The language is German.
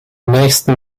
nächsten